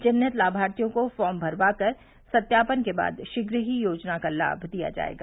चिन्हित लामार्थियों को फार्म भरवा कर सत्यापन के बाद शीघ्र ही योजना का लाम दिया जायेगा